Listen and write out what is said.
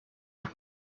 them